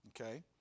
okay